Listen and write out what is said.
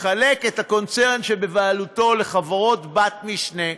מחלק את הקונצרן שבבעלות לחברות-בת משנה,